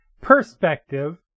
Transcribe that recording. Perspective